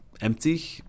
empty